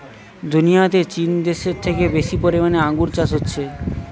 দুনিয়াতে চীন দেশে থেকে বেশি পরিমাণে আঙ্গুর চাষ হচ্ছে